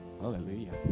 Hallelujah